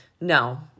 No